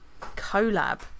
collab